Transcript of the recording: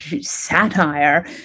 satire